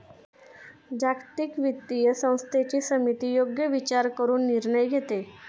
जागतिक वित्तीय व्यवस्थेची समिती योग्य विचार करून निर्णय घेते